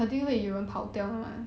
mm